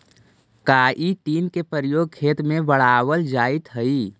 chitin के प्रयोग खेत में बढ़ावल जाइत हई